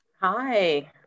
Hi